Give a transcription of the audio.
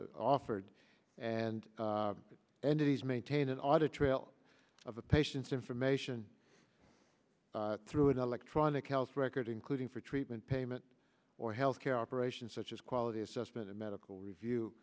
offered and entities maintain an audit trail of a patient's information through an electronic health record including for treatment payment or health care operations such as quality assessment or medical review